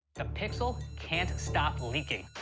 the pixel can't stop leaking.